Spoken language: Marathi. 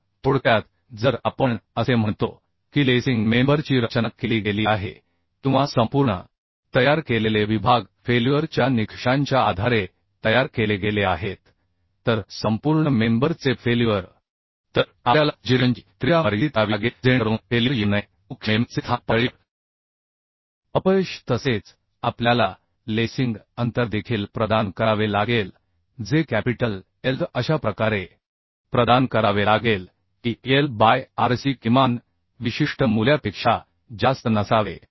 तर थोडक्यात जर आपण असे म्हणतो की लेसिंग मेंबर ची रचना केली गेली आहे किंवा संपूर्ण तयार केलेले विभाग फेल्युअर च्या निकषांच्या आधारे तयार केले गेले आहेत तर संपूर्ण मेंबर चे फेल्युअर तर आपल्याला जिरेशनची त्रिज्या मर्यादित करावी लागेल जेणेकरून फेल्युअर येऊ नये मुख्य मेंबर चे स्थानिक पातळीवर अपयश तसेच आपल्याला लेसिंग अंतर देखील प्रदान करावे लागेल जे कॅपिटल L अशा प्रकारे प्रदान करावे लागेल की L बाय Rc किमान विशिष्ट मूल्यापेक्षा जास्त नसावे